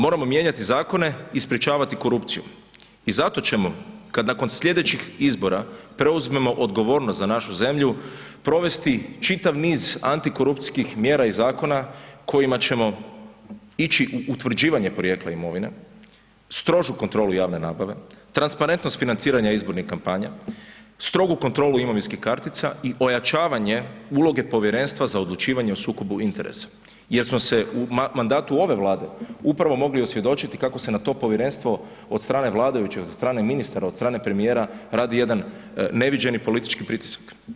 Moramo mijenjati zakone i sprječavati korupciju i zato ćemo kad nakon slijedećih izbora preuzmemo odgovornost za našu zemlju, provesti čitav niz antikorupcijskih mjera i zakona kojima ćemo ići u utvrđivanje porijekla imovine, strožu kontrolu javne nabave, transparentnost financiranja izbornih kampanja, strogu kontrolu imovinskih kartica i ojačavanje uloge Povjerenstva za odlučivanje o sukobu interesa jer smo se u mandatu ove Vlade upravo mogli osvjedočiti kako se na to povjerenstvo od strane vladajućih, od strane ministara, od strane premijera, radi jedan neviđeni politički pritisak.